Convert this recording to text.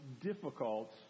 difficult